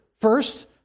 first